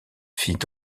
fit